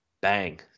bang